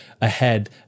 ahead